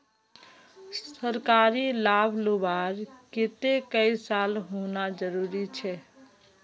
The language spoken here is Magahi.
सरकारी लाभ लुबार केते कई साल होना जरूरी छे?